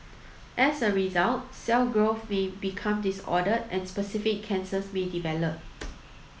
as a result cell growth may become disordered and specific cancers may develop